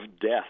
death